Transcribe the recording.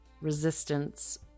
resistance